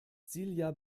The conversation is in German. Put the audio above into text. silja